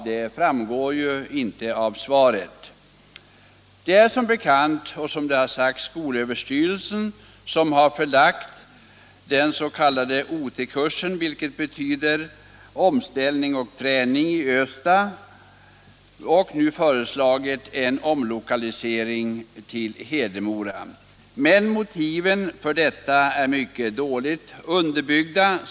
Det är som bekant skolöverstyrelsen som föreslagit att den s.k. OT kursen — OT står för omställning och träning — i Östa skall omlokaliseras till Hedemora. Motiven för detta är mycket dåligt underbyggda.